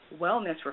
wellness